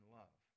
love